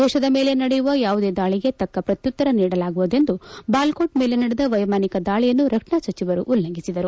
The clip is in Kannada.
ದೇಶದ ಮೇಲೆ ನಡೆಯುವ ಯಾವುದೇ ದಾಳಿಗೆ ತಕ್ಕ ಪ್ರತ್ಯುತ್ತರ ನೀಡಲಾಗುವುದು ಎಂದು ಬಾಲ್ಕೋಟ್ ಮೇಲೆ ನಡೆದ ವೈಮಾನಿಕ ದಾಳಿಯನ್ನು ರಕ್ಷಣಾ ಸಚಿವರು ಉಲ್ಲಂಘಿಸಿದರು